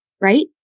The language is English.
right